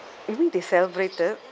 you mean they celebrated